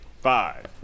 Five